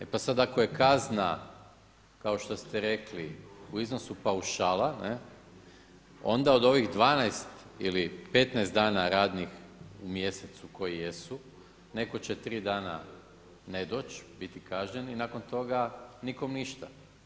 E pa sada ako je kazna kao što ste rekli u iznosu paušala onda od ovih 12 ili 15 dana radnih u mjesecu koji jesu neko će tri dana ne doći biti kažnjen i nakon toga nikom ništa.